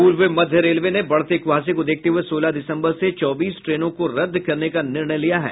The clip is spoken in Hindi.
पूर्व मध्य रेलवे ने बढ़ते कुहासे को देखते हुए सोलह दिसम्बर से चौबीस ट्रेनों को रद्द करने का निर्णय लिया है